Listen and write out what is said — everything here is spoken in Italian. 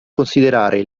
considerare